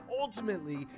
ultimately